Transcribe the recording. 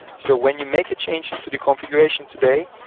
so when you make a change to the configuration today,